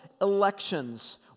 elections